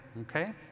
okay